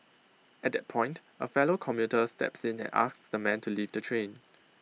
at that point A fellow commuter steps in and asks the man to leave the train